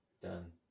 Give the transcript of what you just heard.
Done